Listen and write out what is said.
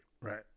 Right